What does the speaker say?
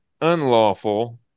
unlawful